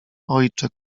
ojcze